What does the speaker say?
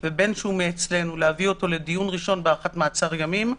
ובין שהוא מאצלנו לדיון ראשון בהארכת מעצר ימים.